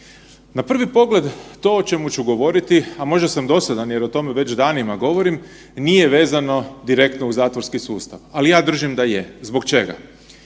Na prvi pogled, to o čemu ću govoriti, a možda sam dosadan jer o tome već danima govorim, nije vezano direktno uz zatvorski sustav. Ali ja držim da je. Zbog čega?